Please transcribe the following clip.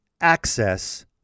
access